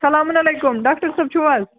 سلام وعلیکُم ڈاکٹر صٲب چھُو حظ